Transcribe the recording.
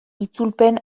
itzulpen